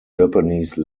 japanese